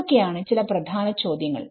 ഇതൊക്കെയാണ് ചില പ്രധാന ചോദ്യങ്ങൾ